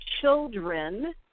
children